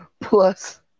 plus